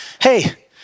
hey